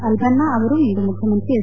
ಅಲ್ಲನ್ನಾ ಅವರು ಇಂದು ಮುಖ್ಯಮಂತ್ರಿ ಎಚ್